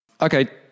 Okay